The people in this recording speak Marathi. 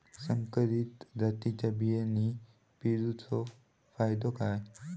संकरित जातींच्यो बियाणी पेरूचो फायदो काय?